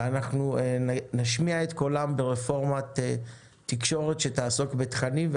ואנחנו נשמיע את קולם ברפורמת תקשורת שתעסוק בתכנים,